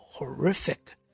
Horrific